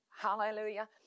Hallelujah